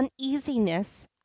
uneasiness